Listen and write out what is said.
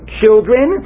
children